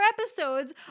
episodes